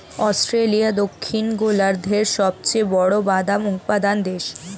Australia দক্ষিণ গোলার্ধের সবচেয়ে বড় বাদাম উৎপাদক দেশ